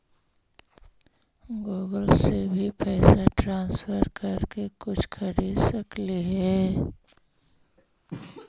Google से भी पैसा ट्रांसफर कर के कुछ खरिद सकलिऐ हे?